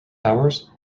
towers